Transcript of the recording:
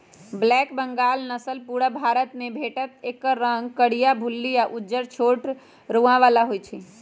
black Bengal नसल पुरुब भारतमे भेटत एकर रंग करीया, भुल्ली आ उज्जर छोट रोआ बला होइ छइ